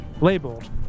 labeled